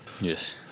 Yes